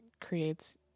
creates